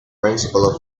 principle